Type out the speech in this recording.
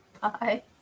Bye